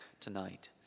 tonight